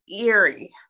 eerie